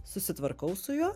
susitvarkau su juo